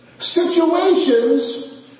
Situations